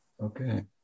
Okay